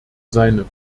seine